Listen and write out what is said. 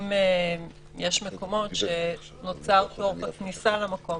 אם יש מקומות שנוצר תור בכניסה למקום,